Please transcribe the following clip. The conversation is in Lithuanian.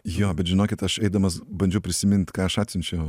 jo bet žinokit aš eidamas bandžiau prisimint ką aš atsiunčiau